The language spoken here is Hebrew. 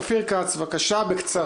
אופיר כץ, בבקשה.